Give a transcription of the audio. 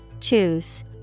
Choose